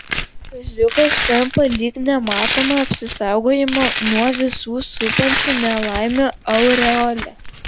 kaziukas tampa lyg nematoma apsisaugojimo nuo visų supančių nelaimių aureole